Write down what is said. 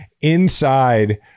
inside